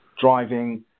driving